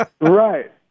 Right